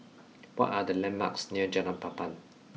what are the landmarks near Jalan Papan